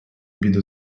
бідо